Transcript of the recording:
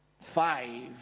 Five